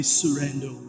surrender